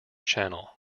channel